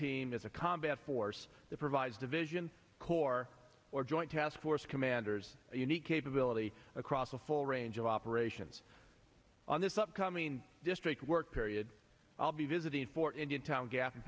team is a combat force the provides division corps or joint task force commanders unique capability across a whole range of operations on this upcoming district work period i'll be visiting for india town gap in